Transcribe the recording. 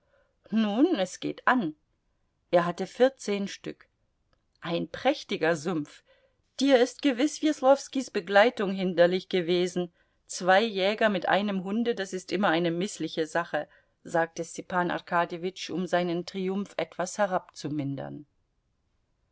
nun es geht an er hatte vierzehn stück ein prächtiger sumpf dir ist gewiß weslowskis begleitung hinderlich gewesen zwei jäger mit einem hunde das ist immer eine mißliche sache sagte stepan arkadjewitsch um seinen triumph etwas